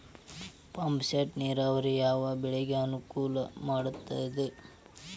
Pump set ನೇರಾವರಿ ಯಾವ್ ಬೆಳೆಗೆ ಅನುಕೂಲ ಮಾಡುತ್ತದೆ?